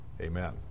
Amen